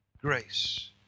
Grace